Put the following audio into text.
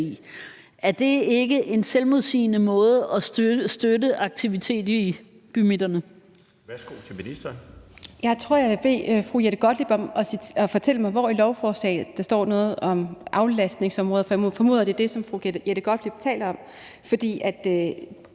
Er det ikke en selvmodsigende måde at støtte aktivitet i bymidterne